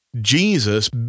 Jesus